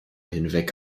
hinweg